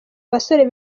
abasore